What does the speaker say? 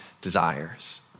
desires